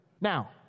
Now